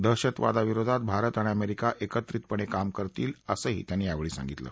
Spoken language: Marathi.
दहशतवादाविरोधात भारत आणि अमेरिका एकत्रितपणे काम करतील असंही त्यांनी यावेळी सांगितलं